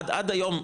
עד היום,